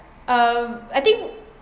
um I think